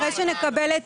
אחרי שנקבל את